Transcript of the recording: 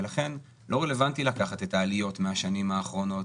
ולכן לא רלוונטי לקחת את העליות מהשנים האחרונות,